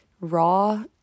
raw